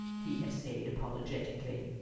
he essayed apologetically.